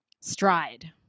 Stride